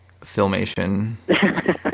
Filmation